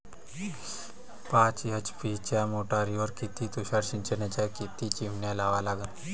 पाच एच.पी च्या मोटारीवर किती तुषार सिंचनाच्या किती चिमन्या लावा लागन?